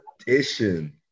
edition